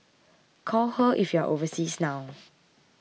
call her if you are overseas now